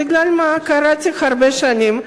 בגלל מה שקראתי הרבה שנים,